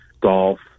golf